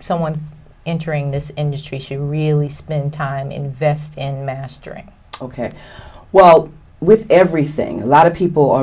someone entering this industry he really spent time invest and mastering ok well with everything a lot of people are